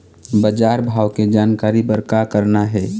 बजार भाव के जानकारी बर का करना हे?